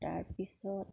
তাৰপিছত